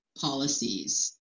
policies